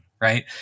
Right